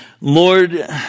Lord